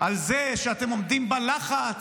על זה שאתם עומדים בלחץ.